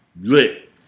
Lit